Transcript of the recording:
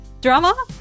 drama